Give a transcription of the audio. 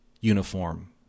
uniform